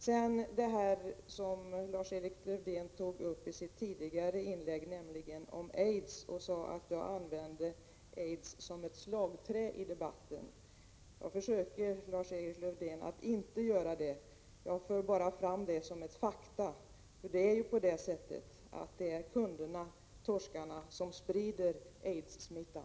Sedan till det som Lars-Erik Lövdén tog uppi sitt tidigare inlägg, nämligen frågan om aids. Han sade att jag använde aids som ett slagträ i debatten. Nej, Lars-Erik Lövdén, jag försöker att inte göra det, utan jag för bara fram det argumentet som ett faktum: det är ju på det sättet att det är kundernatorskarna som sprider aidssmittan.